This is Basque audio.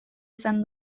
izan